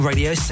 Radio